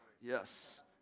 Yes